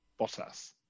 Bottas